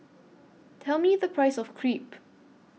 Tell Me The Price of Crepe